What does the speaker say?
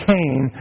Cain